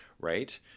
right